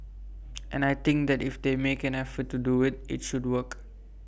and I think that if they make an effort to do IT it should work